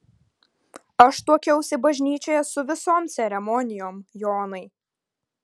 aš tuokiausi bažnyčioje su visom ceremonijom jonai